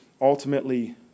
ultimately